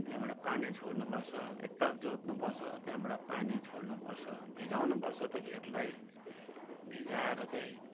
त्यहाँबाट पानी छोड्नु पर्छ एकताल जोत्नु पर्छ त्यहाँबाट पानी छोड्नु पर्छ भिजाउनु पर्छ त्यो खेतलाई भिजाएर चाहिँ